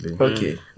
okay